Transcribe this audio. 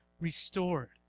restored